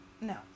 No